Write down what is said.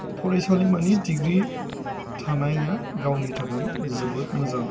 फरायसालिमानि डिग्रि थानाया गावनि थाखाय जोबोद मोजां